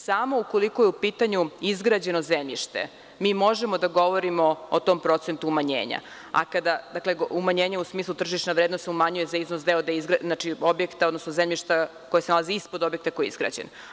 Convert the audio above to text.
Samo ukoliko je u pitanju izgrađeno zemljište mi možemo da govorimo o tom procentu umanjena, umanjena u smislu da se tržišna vrednost umanjuje za iznos objekta, odnosno zemljišta koje se nalazi ispod objekta koji je izgrađen.